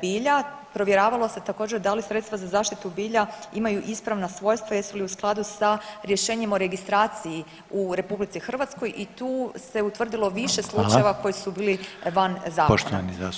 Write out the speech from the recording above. bilja, provjeravalo se također da li sredstva za zaštitu bilja imaju ispravna svojstva i jesu li u skladu sa rješenjem o registraciji u RH i tu se utvrdilo više slučajeva [[Upadica Reiner: Hvala.]] koji su bili van zakona.